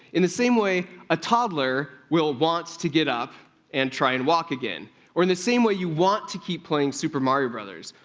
in the same way a toddler will want to get up and try and walk again or in the same way you want to keep playing super mario bros.